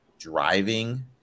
driving